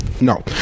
No